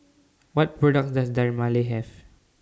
What products Does Dermale Have